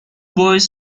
boys